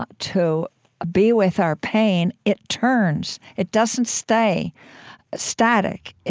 ah to ah be with our pain, it turns. it doesn't stay static.